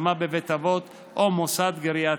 השמה בבית אבות או מוסד גריאטרי.